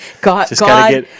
God